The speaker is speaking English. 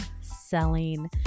selling